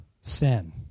sin